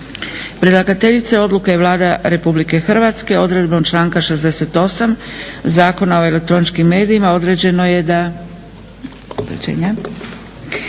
Predlagateljica odluke je Vlada RH. Odredbom članka 68. Zakona o elektroničkim medijima određeno je da